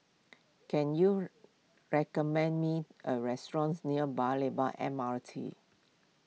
can you recommend me a restaurants near Paya Lebar M R T